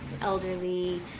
elderly